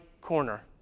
corner